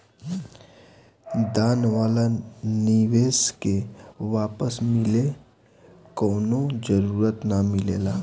दान वाला निवेश के वापस मिले कवनो जरूरत ना मिलेला